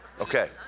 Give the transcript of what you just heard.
Okay